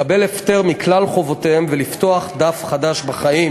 לקבל הפטר מכלל חובותיהם ולפתוח דף חדש בחיים.